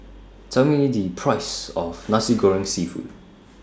Tell Me The Price of Nasi Goreng Seafood